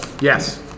Yes